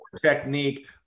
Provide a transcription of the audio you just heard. technique